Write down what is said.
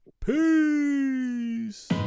Peace